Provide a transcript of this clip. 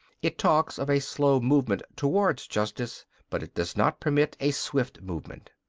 it talks of a slow movement towards justice but it does not permit a swift movement.